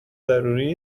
ضروری